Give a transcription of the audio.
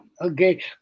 okay